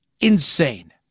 insane